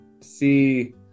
see